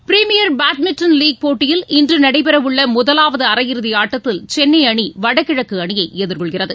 premier badminton league போட்டியில் இன்று நடைபெறவுள்ள முதலாவது அரையிறுதி ஆட்டத்தில் சென்னை அணி வடகிழக்கு அணியை எதிர்கொள்கிறது